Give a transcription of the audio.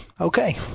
Okay